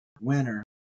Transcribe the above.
winner